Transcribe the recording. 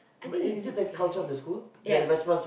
I think it depends yes